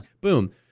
boom